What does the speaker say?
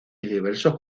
diversos